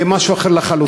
יהיה משהו אחר לחלוטין.